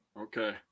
Okay